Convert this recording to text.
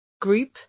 group